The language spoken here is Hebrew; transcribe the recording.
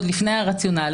עוד לפני הרציונל,